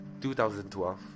2012